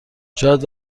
شاید